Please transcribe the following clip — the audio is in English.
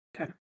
Okay